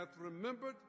remembered